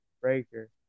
Breaker